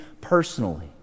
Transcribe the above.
personally